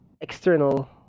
external